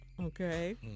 okay